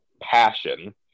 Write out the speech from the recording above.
passion